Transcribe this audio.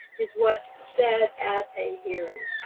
is what's said at a hearing.